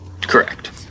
Correct